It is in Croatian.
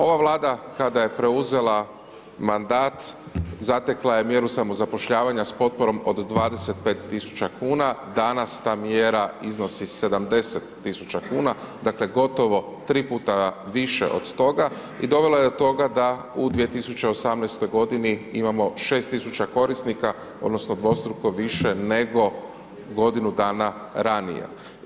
Ova Vlada kada je preuzela mandat zatekla je mjeru samozapošljavanja s potporom od 25.000 kuna, danas ta mjera iznosi 70.000 kuna dakle gotovo 3 puta više od toga i dovela je do toga da u 2018. godini imamo 6.000 korisnika odnosno dvostruko više nego godinu dana radnije.